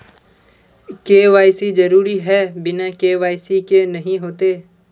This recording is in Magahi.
के.वाई.सी जरुरी है बिना के.वाई.सी के नहीं होते?